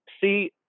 see